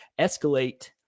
escalate